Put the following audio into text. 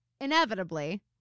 inevitably